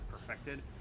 perfected